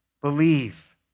Believe